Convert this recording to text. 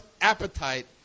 appetite